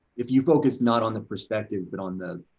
if you focus not on the perspective but on the